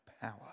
power